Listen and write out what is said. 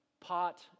pot